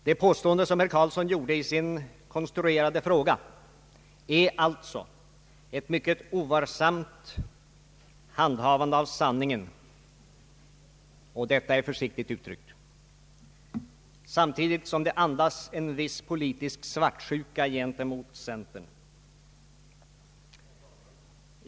Det påstående som herr Karlsson gjorde i sin konstruerade fråga innebär alltså ett mycket ovarsamt handhavande av sanningen — detta är försiktigt uttryckt — samtidigt som det andas en viss politisk svartsjuka gentemot centern.